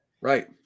right